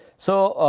so,